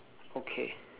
okay